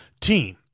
team